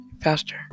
faster